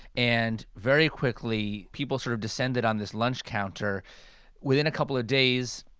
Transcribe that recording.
and very quickly, people sort of descended on this lunch counter within a couple of days.